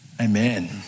Amen